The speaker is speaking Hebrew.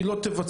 היא לא תבצע,